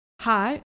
Hi